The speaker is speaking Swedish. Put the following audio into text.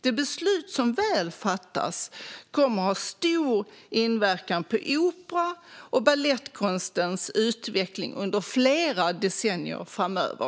Det beslut som väl fattas kommer att ha stor inverkan på opera och balettkonstens utveckling under flera decennier framöver.